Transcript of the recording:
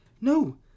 No